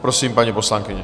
Prosím, paní poslankyně.